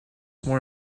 more